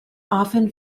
often